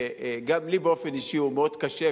שגם לי באופן אישי הוא מאוד קשה.